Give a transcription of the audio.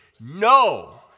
No